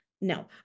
No